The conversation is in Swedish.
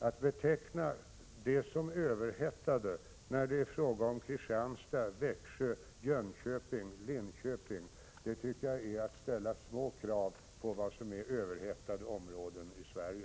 Att beteckna dem som överhettade när det är fråga om Kristianstad, Växjö, Jönköping och Linköping tycker jag är att ställa små krav på vad som är överhettade områden i Sverige.